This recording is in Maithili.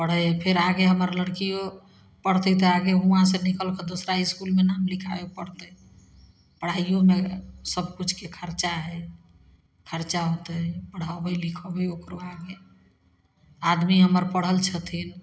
पढ़ै फेर आगे हमर लड़किओ पढ़तै तऽ आगे हुआँ से निकलिकऽ दोसरा इसकुलमे नाम लिखाबे पड़तै पढ़ाइओमे सबकिछुके खरचा हइ खरचा होतै पढ़ेबै लिखेबै ओकरो आगे आदमी हमर पढ़ल छथिन